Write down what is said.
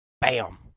Bam